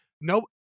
no